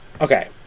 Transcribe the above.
Okay